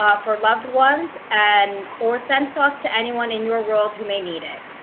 um for loved ones, and or send thoughts to anyone in your world who may need it.